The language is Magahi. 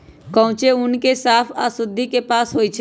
कांचे ऊन के साफ आऽ शुद्धि से पास होइ छइ